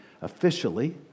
officially